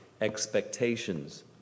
expectations